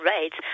rates